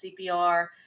cpr